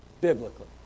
Biblically